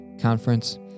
conference